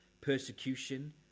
persecution